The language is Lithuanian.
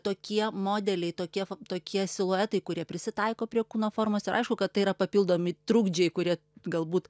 tokie modeliai tokie tokie siluetai kurie prisitaiko prie kūno formos ir aišku kad tai yra papildomi trukdžiai kurie galbūt